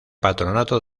patronato